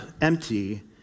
empty